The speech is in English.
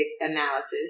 analysis